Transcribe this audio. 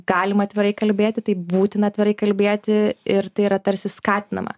galima atvirai kalbėti taip būtina atvirai kalbėti ir tai yra tarsi skatinama